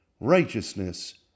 righteousness